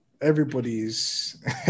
everybody's